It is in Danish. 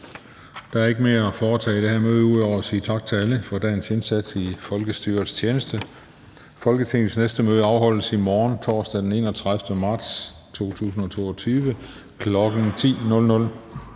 Der er ikke mere at foretage i dette møde ud over at sige tak til alle for dagens indsats i folkestyrets tjeneste. Folketingets næste møde afholdes i morgen, torsdag den 31. marts 2022, kl. 10.00.